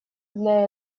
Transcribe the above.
для